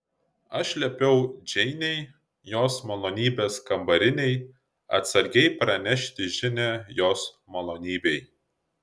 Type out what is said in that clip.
aš liepiau džeinei jos malonybės kambarinei atsargiai pranešti žinią jos malonybei